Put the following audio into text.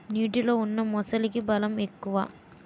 నీటిలో ఉన్న మొసలికి బలం ఎక్కువ